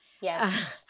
Yes